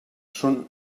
són